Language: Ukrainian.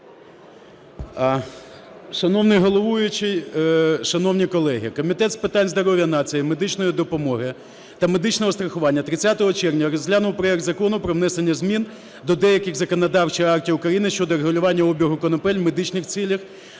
Шановний головуючий! Шановні колеги! Комітет з питань здоров'я нації, медичної допомоги та медичного страхування 30 червня розглянув проект Закону про внесення змін до деяких законодавчих актів України щодо регулювання обігу конопель в медичних цілях,